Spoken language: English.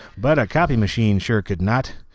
but a copy machine sure could not.